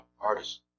artists